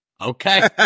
okay